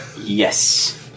Yes